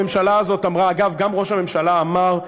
הממשלה הזאת אמרה, אגב, גם ראש הממשלה אמר,